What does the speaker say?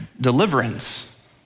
deliverance